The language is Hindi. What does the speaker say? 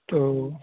तो